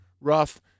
rough